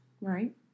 Right